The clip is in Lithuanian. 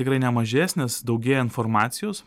tikrai ne mažesnis daugėja informacijos